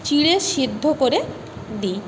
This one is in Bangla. চিঁড়ে সিদ্ধ করে দিই